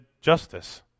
Justice